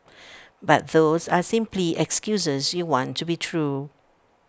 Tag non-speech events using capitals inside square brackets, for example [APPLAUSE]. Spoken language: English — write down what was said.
[NOISE] but those are simply excuses you want to be true